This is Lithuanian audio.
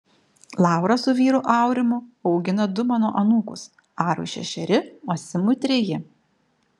laura su vyru aurimu augina du mano anūkus arui šešeri o simui treji